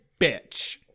bitch